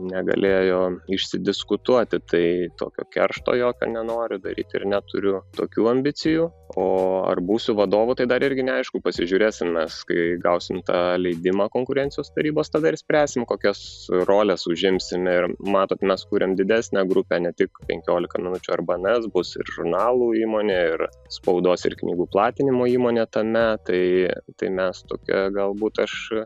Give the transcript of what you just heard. negalėjo išsidiskutuoti tai tokio keršto jokio nenoriu daryti ir neturiu tokių ambicijų o ar būsiu vadovu tai dar irgi neaišku pasižiūrėsim mes kai gausime tą leidimą konkurencijos tarybos tada ir spręsim kokias roles užimsime matot mes kuriam didesnę grupę ne tik penkiolika minučių ar bns bus ir žurnalų įmonė ir spaudos ir knygų platinimo įmonė tame tai tai mes tokia galbūt aš